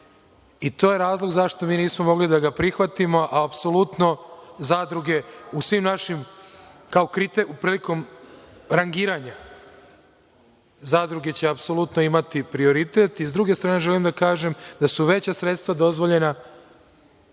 To je razlog zašto mi nismo mogli da ga prihvatimo, a apsolutno zadruge u svim našim, tj. prilikom rangiranja zadruge će apsolutno imati prioritet.S druge strane, želim da kažem da su veća sredstva dozvoljena